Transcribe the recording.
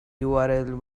url